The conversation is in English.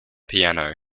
piano